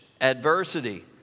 adversity